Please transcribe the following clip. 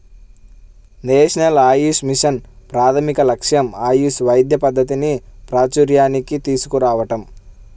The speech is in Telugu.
నేషనల్ ఆయుష్ మిషన్ ప్రాథమిక లక్ష్యం ఆయుష్ వైద్య పద్ధతిని ప్రాచూర్యానికి తీసుకురావటం